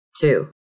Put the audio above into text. Two